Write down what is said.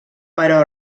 però